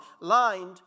lined